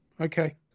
Okay